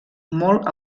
molt